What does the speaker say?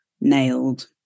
nailed